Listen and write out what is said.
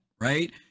Right